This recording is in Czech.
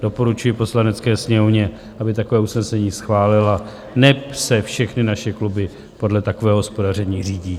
Doporučuji Poslanecké sněmovně, aby takové usnesení schválila, neb se všechny naše kluby podle takového hospodaření řídí.